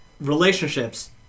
relationships